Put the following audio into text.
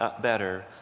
better